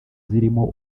zirimo